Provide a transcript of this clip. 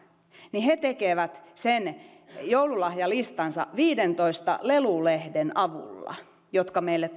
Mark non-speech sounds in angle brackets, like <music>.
niin he tekevät sen joululahjalistansa viidentoista lelulehden avulla jotka nimittäin meille <unintelligible>